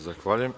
Zahvaljujem.